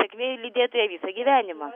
sėkmė lydėtų ją visą gyvenimą